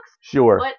Sure